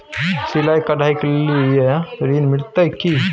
सिलाई, कढ़ाई के लिए ऋण मिलते की?